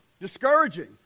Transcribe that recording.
discouraging